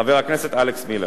חבר הכנסת אלכס מילר.